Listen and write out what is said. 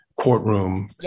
courtroom